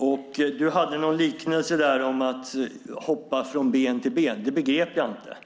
Matilda Ernkrans nämnde en liknelse om att hoppa från ben till ben. Det begrep jag inte.